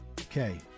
Okay